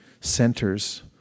centers